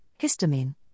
histamine